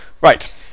Right